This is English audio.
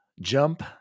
jump